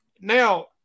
Now